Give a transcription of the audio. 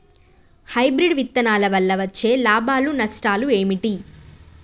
Hybrid విత్తనాల వల్ల వచ్చే లాభాలు నష్టాలు ఏమిటి?